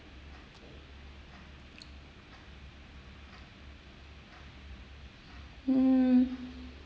hmm